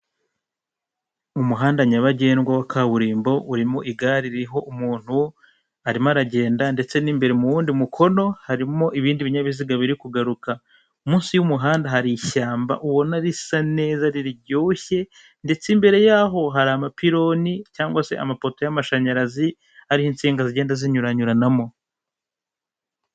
Umuhanda nyabagendwa wa kaburimbo, urimo igare ririho umuntu, arimo aragenda ndetse n'imbere mu wundi mukono harimo ibindi binyabiziga biri kugaruka. Munsi y'umuhanda hari ishyamba ubona risa neza riryoshye ndetse imbere yaho hari amapironi cyangwa se amapoto y'amashanyarazi, ariho insinga zigenda zinyuranyuranamo.